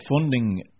funding